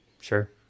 Sure